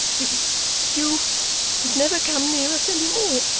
you you must never come near us any more